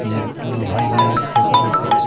जे दुनू भाइ बहिन